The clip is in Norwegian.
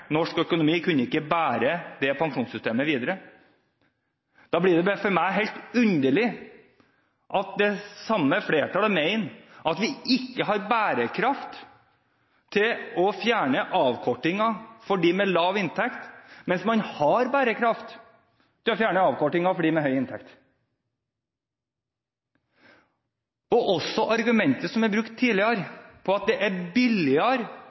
Norsk økonomi kunne ikke bære det pensjonssystemet videre. Da blir det for meg helt underlig at det samme flertallet mener at vi ikke har bærekraft til å fjerne avkortingen for dem med lav inntekt, mens vi har bærekraft til å fjerne avkortingen for dem med høy inntekt. Også argumentet, som er brukt tidligere, om at det er billigere